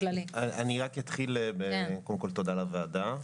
קודם כל, תודה לוועדה.